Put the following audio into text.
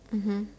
mmhmm